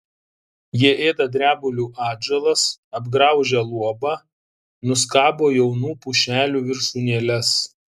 jie ėda drebulių atžalas apgraužia luobą nuskabo jaunų pušelių viršūnėles